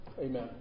Amen